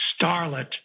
starlet